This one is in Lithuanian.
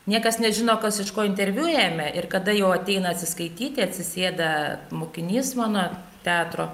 niekas nežino kas iš ko interviu ėmė ir kada jau ateina atsiskaityti atsisėda mokinys mano teatro